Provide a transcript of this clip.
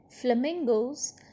Flamingos